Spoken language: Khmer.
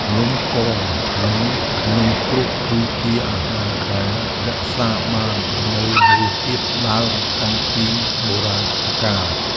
នំកង និងនំគ្រក់ គឺជាអាហារដែលរក្សាបាននូវរសជាតិដើមតាំងពីបុរាណកាល។